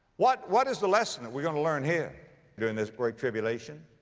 what, what is the lesson that we're gonna learn here during this great tribulation?